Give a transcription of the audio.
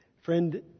Friend